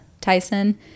Tyson